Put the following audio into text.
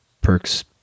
perks